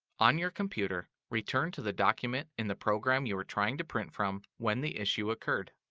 on your computer, return to the document in the program you were trying to print from when the issue occurred.